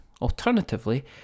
Alternatively